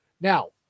now